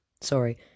sorry